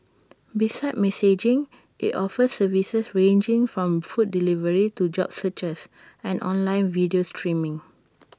besides messaging IT offers services ranging from food delivery to job searches and online video streaming